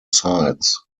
sides